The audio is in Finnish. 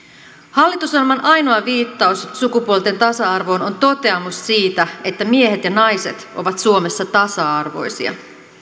hallitusohjelman ainoa viittaus sukupuolten tasa arvoon on toteamus siitä että miehet ja naiset ovat suomessa tasa arvoisia